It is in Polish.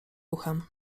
uchem